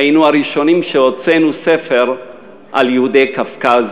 היינו הראשונים שהוציאו ספר על יהודי קווקז